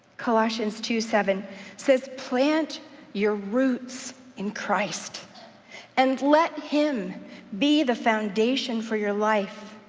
colossians two seven says plant your roots in christ and let him be the foundation for your life.